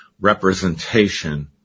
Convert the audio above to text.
representation